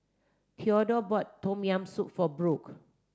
Thedore bought tom yam soup for Brook